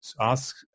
Ask